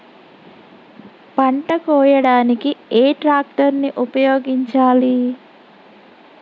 పంట కోయడానికి ఏ ట్రాక్టర్ ని ఉపయోగించాలి?